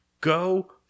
Go